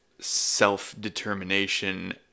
self-determination